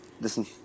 listen